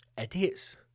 idiots